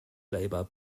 labour